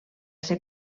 ser